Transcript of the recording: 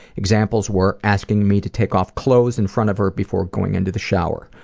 examples were asking me to take off clothes in front of her before going into the shower,